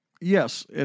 yes